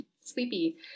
sleepy